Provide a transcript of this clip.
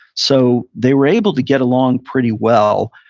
so they were able to get along pretty well,